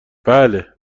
بله